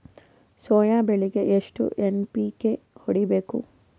Soya ಬೆಳಿಗಿ ಎಷ್ಟು NPK ಹೊಡಿಬೇಕು?